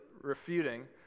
refuting